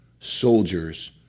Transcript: soldiers